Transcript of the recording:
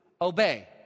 obey